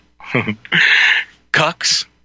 cucks